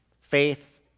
Faith